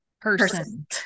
person